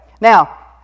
Now